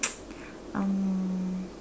um